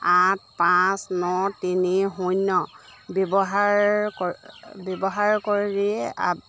আঠ পাঁচ ন তিনি শূন্য ব্যৱহাৰ কৰি ব্যৱহাৰ কৰি